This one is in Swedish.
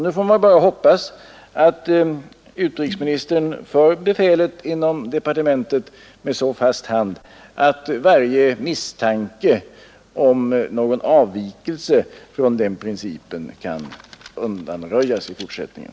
Nu får man bara hoppas att utrikesministern för befälet inom departementet med så fast hand att varje misstanke om någon avvikelse från den principen kan undanröjas i fortsättningen.